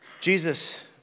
Jesus